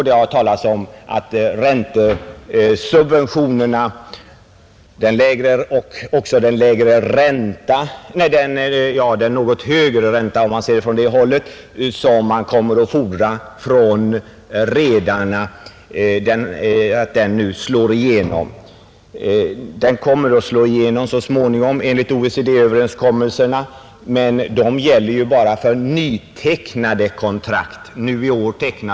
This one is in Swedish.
Det har talats om att den något högre ränta, som man kommer att fordra av redarna, kommer att vara fördelaktig för oss. Den räntehöjningen enligt OECD-överenskommelserna slår igenom så småningom. Den gäller för nytecknade kontrakt.